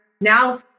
Now